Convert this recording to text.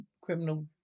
criminal